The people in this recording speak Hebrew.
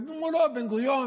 וממולו בן-גוריון.